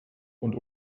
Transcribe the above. und